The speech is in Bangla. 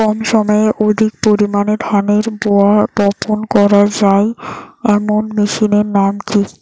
কম সময়ে অধিক পরিমাণে ধানের রোয়া বপন করা য়ায় এমন মেশিনের নাম কি?